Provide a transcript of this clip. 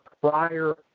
prior